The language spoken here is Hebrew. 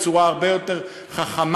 בצורה הרבה יותר חכמה,